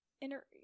inner